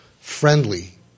friendly